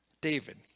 David